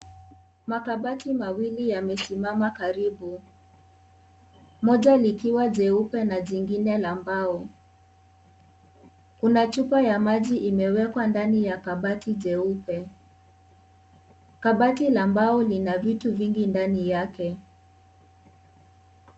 Makabati mawaili yamesimama karibu, moja likiwa jeupe na jingine la mbao. Kuna chupa ya maji imewekwa ndani ya kabati jeupe. Kabati la mbao lina vitu vingi ndani yake.